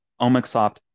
Omicsoft